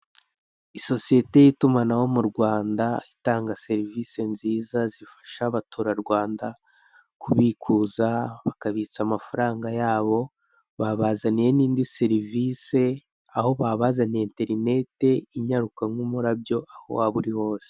Sosiyete y'itumanaho mu Rwanda, itanga serivisi nziza zifasha Abanyarwanda kubikuza, bakabitsa amafaranga yabo. Babazaniye n'indi serivisi, aho babazaniye interineti inyaruka nk'umurabyo, aho waba uri hose.